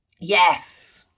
yes